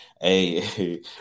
Hey